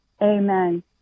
Amen